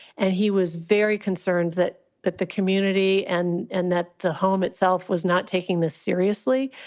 and he was very concerned that that the community and and that the home itself was not taking this seriously.